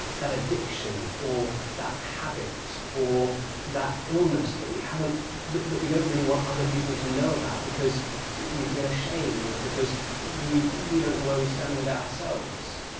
that addiction or that habit or that illness that we haven't that that we don't really want other people to know about because we feel ashamed or because we we don't know where we stand with it ourselves.